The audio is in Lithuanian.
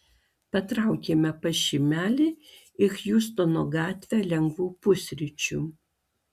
patraukėme pas šimelį į hjustono gatvę lengvų pusryčių